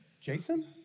Jason